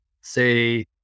say